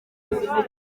leta